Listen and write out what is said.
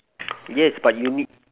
yes but you need